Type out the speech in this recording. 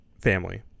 family